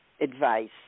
advice